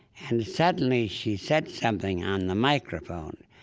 and suddenly she said something on the microphone.